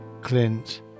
Clint